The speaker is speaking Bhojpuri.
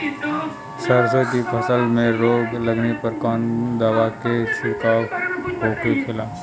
सरसों की फसल में रोग लगने पर कौन दवा के छिड़काव होखेला?